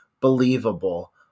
believable